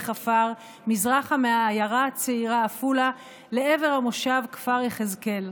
עפר מזרחה מהעיירה הצעירה עפולה לעבר המושב כפר יחזקאל.